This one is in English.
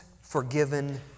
forgiven